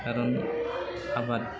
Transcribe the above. खारन आबाद